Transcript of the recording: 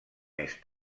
més